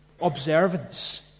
observance